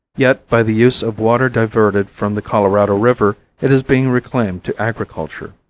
yet by the use of water diverted from the colorado river it is being reclaimed to agriculture.